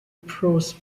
prose